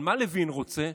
אבל מה לוין רוצה?